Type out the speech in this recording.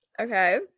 Okay